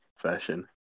Version